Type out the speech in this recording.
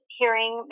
hearing